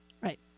Right